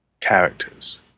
characters